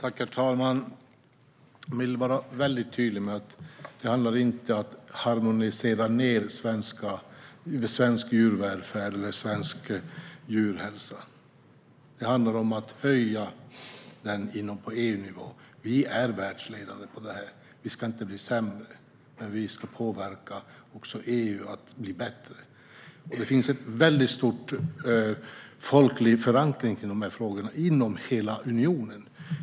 Herr talman! Jag vill vara tydlig med att det inte handlar om att försämra svensk djurvälfärd eller djurhälsa. Det handlar om att förbättra den på EU-nivå. Vi är världsledande på området. Vi ska inte bli sämre, utan vi ska påverka EU att bli bättre. Det finns en stor folklig förankring i de här frågorna inom hela unionen.